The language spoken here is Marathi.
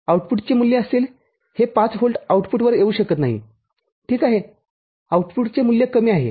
आउटपुटचे मूल्य असेल हे ५ व्होल्ट आउटपुटवर येऊ शकत नाही ठीक आहे आउटपुटचे मूल्य कमी आहे